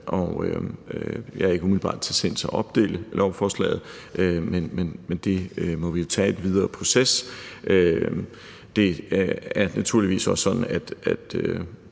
Jeg er ikke umiddelbart til sinds at opdele lovforslaget, men det må vi jo tage i den videre proces. Det er naturligvis også sådan,